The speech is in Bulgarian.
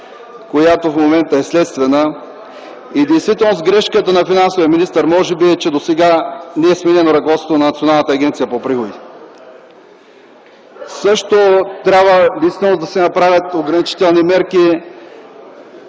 която в момента е следствена. И в действителност може би грешката на финансовия министър е, че досега не е сменен ръководството на Националната агенция по приходите. Наистина трябва да се направят ограничителни мерки